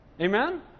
Amen